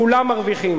כולם מרוויחים.